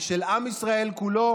היא של עם ישראל כולו,